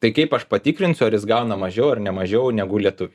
tai kaip aš patikrinsiu ar jis gauna mažiau ar ne mažiau negu lietuviai